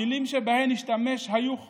המילים שבהן השתמש היו "חירות"